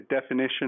definition